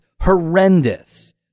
horrendous